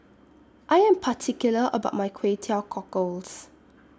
I Am particular about My Kway Teow Cockles